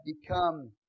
become